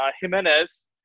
Jimenez